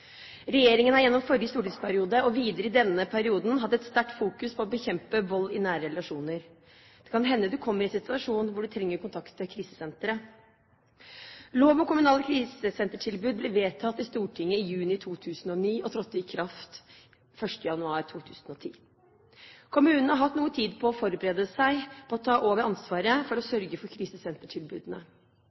Regjeringen har gjennom forrige stortingsperiode og videre i denne perioden hatt et sterkt fokus på å bekjempe vold i nære relasjoner. Det kan hende du kommer i en situasjon hvor du trenger å kontakte krisesenteret. Lov om kommunale krisesentertilbud ble vedtatt i Stortinget i juni 2009 og trådte i kraft 1. januar 2010. Kommunene har hatt noe tid på å forberede seg på å ta over ansvaret med å sørge for